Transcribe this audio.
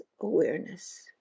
awareness